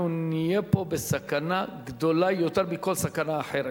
אנחנו נהיה פה בסכנה גדולה יותר מכל סכנה אחרת.